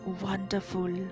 wonderful